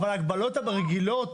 אבל ההגבלות הרגילות